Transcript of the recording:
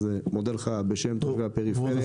אז מודה לך בשם תושבי הפריפריה.